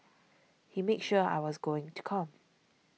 he made sure I was going to come